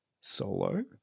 solo